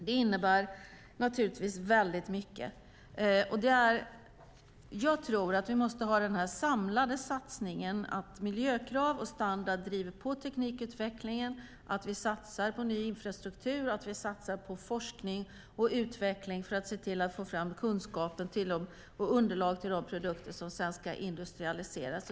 Det innebär väldigt mycket. Vi måste ha den samlade satsningen. Miljökrav och miljöstandard driver på teknikutvecklingen. Vi ska satsa på ny infrastruktur, forskning och utveckling för att få fram kunskap och underlag till de produkter som sedan ska industrialiseras.